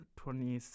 twenty